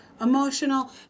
emotional